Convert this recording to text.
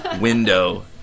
window